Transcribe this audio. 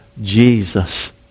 Jesus